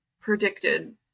predicted